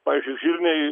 pavyzdžiui žirniai